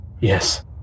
Yes